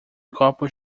copos